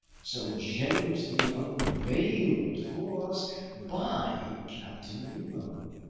so generously unveiled for us by captain nemo!